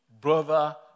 brother